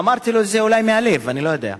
אמרתי לו: זה אולי מהלב, אני לא יודע.